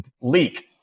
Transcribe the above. leak